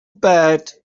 bed